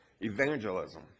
Evangelism